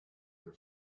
her